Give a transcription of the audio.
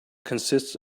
consists